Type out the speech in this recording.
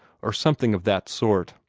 or something of that sort.